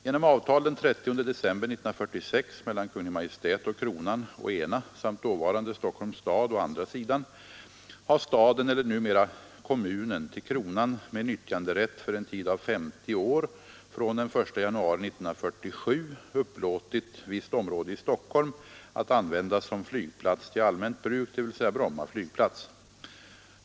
Genom avtal den 30 december 1946 mellan Kungl. Maj:t och kronan å ena samt dåvarande Stockholms stad å andra sidan har staden eller numera kommunen till kronan med nyttjanderätt för en tid av 50 år från den 1 januari 1947 upplåtit visst område i Stockholm att användas som flygplats till allmänt bruk, dvs. Bromma flygplats.